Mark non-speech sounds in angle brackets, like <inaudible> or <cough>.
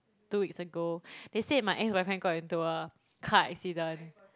two weeks ago <breath> they said my ex-boyfriend got into a car accident